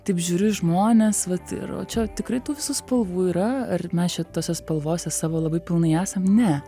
taip žiūriu į žmonės vat ir o čia tikrai tų visų spalvų yra ar mes čia tose spalvose savo labai pilnai esam ne